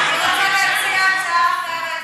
אני רוצה להציע הצעה אחרת,